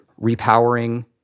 repowering